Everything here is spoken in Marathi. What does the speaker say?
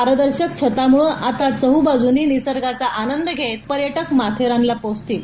पारदर्शक छतामुळे आता चहबाजूंनी निसर्गाचा आनंद घेत पर्यटक माथेरानला पोहोचतील